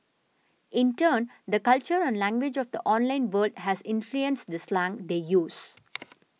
in turn the culture and language of the online world has influenced the slang they use